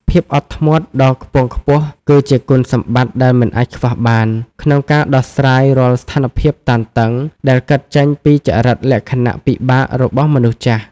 ភាពអត់ធ្មត់ដ៏ខ្ពង់ខ្ពស់គឺជាគុណសម្បត្តិដែលមិនអាចខ្វះបាន ក្នុងការដោះស្រាយរាល់ស្ថានភាពតានតឹងដែលកើតចេញពីចរិតលក្ខណៈពិបាករបស់មនុស្សចាស់។